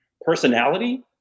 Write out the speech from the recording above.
personality